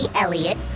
Elliot